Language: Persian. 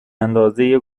اندازه